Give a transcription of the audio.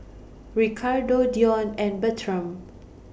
Ricardo Dion and Bertram